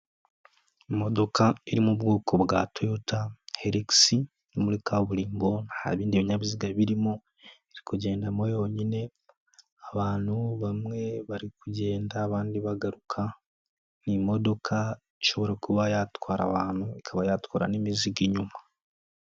Imodoka iri mu bwoko bwa toyota helex, yo muri kaburimbo, nta bindi binyabiziga birimo, iri kugendamo yonyine, abantu bamwe bari kugenda, abandi bagaruka, ni imodoka ishobora kuba yatwara abantu, ikaba yatwara n'imizigo inyuma.